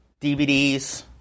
DVDs